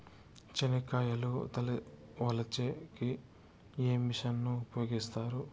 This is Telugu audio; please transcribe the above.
చెనక్కాయలు వలచే కి ఏ మిషన్ ను ఉపయోగిస్తారు?